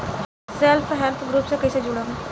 Self help group से कइसे जुड़म?